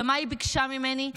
ומה היא ביקשה ממני?